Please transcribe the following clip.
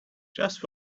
just